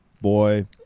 boy